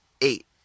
eight